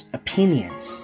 opinions